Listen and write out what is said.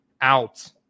out